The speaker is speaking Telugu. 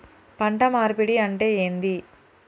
పంట మార్పిడి అంటే ఏంది?